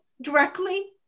directly